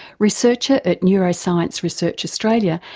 researcher at neuroscience research australia,